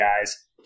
guys